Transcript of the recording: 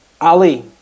Ali